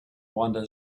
wanda